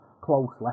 closely